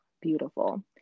beautiful